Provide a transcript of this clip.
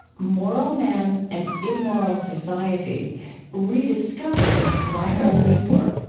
moral man and immoral society rediscovering reinhold niebuhr.